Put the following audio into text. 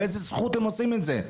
באיזו זכות הם עושים את זה?